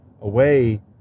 away